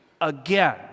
again